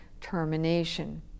termination